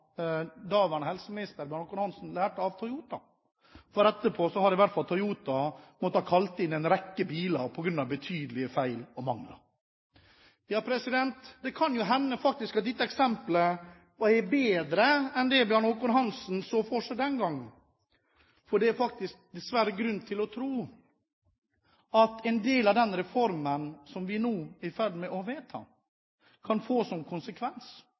daværende Bjarne Håkon Hanssen lærte av Toyota, for etterpå har i hvert fall Toyota måttet kalle inn en rekke biler på grunn av betydelige feil og mangler. Det kan faktisk hende at dette eksemplet var bedre enn det Bjarne Håkon Hanssen så for seg den gangen, for det er dessverre grunn til å tro at en del av den reformen som vi nå er i ferd med å vedta, kan få som konsekvens